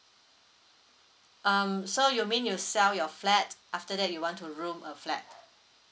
um so you mean you sell your flat after that you want to room a flat